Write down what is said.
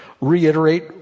reiterate